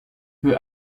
peut